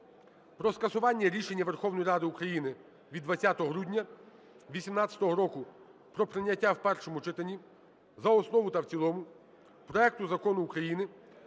про скасування рішення Верховної Ради України від 20 грудня 2018 року про прийняття в першому читанні за основу та в цілому проекту Закону України